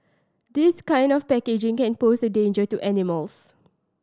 this kind of packaging can pose a danger to animals